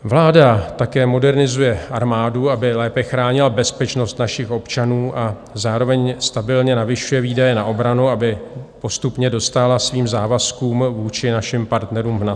Vláda také modernizuje armádu, aby lépe chránila bezpečnost našich občanů, a zároveň stabilně navyšuje výdaje na obranu, aby postupně dostála svým závazkům vůči našim partnerům v NATO.